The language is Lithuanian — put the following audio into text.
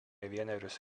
vienerius